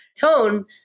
tone